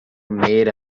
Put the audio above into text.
made